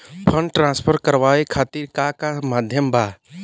Fund transfer करवाये खातीर का का माध्यम बा?